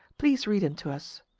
please read him to us.